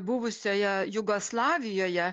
buvusioje jugoslavijoje